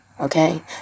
Okay